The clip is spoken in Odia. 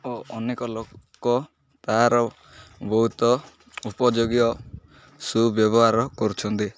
ଓ ଅନେକ ଲୋକ ତା'ର ବହୁତ ଉପଯୋଗ୍ୟ ସୁ ବ୍ୟବହାର କରୁଛନ୍ତି